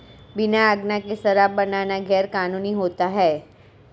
बिना आज्ञा के शराब बनाना गैर कानूनी होता है